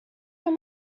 your